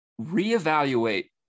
reevaluate